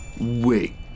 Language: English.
Wait